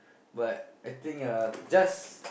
but I think ah just